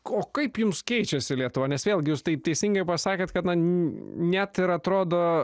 o kaip jums keičiasi lietuva nes vėlgi jūs tai teisingai pasakėt kad na net ir atrodo